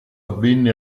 avvenne